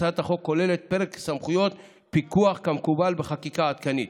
הצעת החוק כוללת פרק סמכויות פיקוח כמקובל בחקיקה עדכנית,